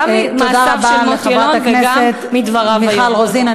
תודה רבה לחברת הכנסת מיכל רוזין.